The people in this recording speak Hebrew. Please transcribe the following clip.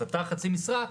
התט"ר חצי משרה,